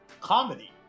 comedy